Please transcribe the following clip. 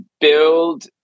build